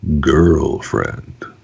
girlfriend